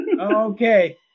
Okay